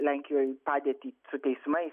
lenkijoj padėtį su teismais